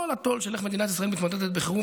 התו"ל של איך מדינת ישראל מתמודדת בחירום.